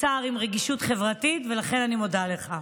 שר עם רגישות חברתית, ולכן אני מודה לך.